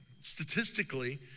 Statistically